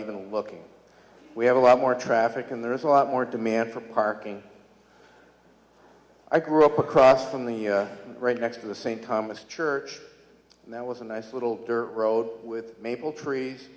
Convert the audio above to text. even looking we have a lot more traffic and there's a lot more demand for parking i grew up across from the right next to the st thomas church and that was a nice little dirt road with maple trees